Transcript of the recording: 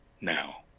now